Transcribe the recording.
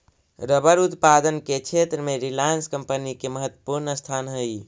rubber उत्पादन के क्षेत्र में रिलायंस कम्पनी के महत्त्वपूर्ण स्थान हई